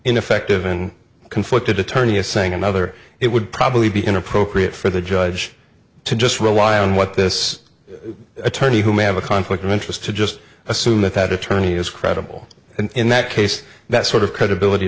ineffective and conflicted attorney is saying another it would probably be inappropriate for the judge to just rely on what this attorney who may have a conflict of interest to just assume that that attorney is credible and in that case that sort of credibility